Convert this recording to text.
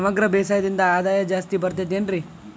ಸಮಗ್ರ ಬೇಸಾಯದಿಂದ ಆದಾಯ ಜಾಸ್ತಿ ಬರತೈತೇನ್ರಿ?